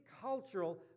cultural